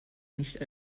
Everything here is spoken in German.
nicht